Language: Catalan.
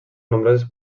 nombroses